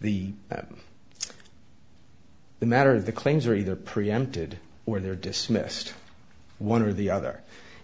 that the matter of the claims are either preempted or they're dismissed one or the other